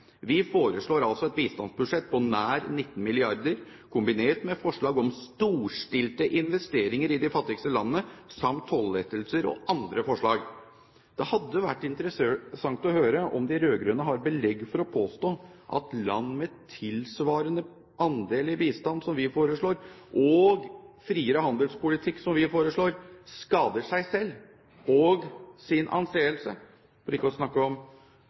Vi foreslår et bistandsbudsjett på nær 19 mrd. kr kombinert med forslag om storstilte investeringer i de fattigste landene, samt tollettelser og andre forslag. Det hadde vært interessant å høre om de rød-grønne har belegg for å påstå at land med tilsvarende andel i bistand, som vi foreslår, og friere handelspolitikk, som vi foreslår, skader seg selv og sin anseelse – for ikke å snakke om